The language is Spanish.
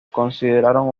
consideraron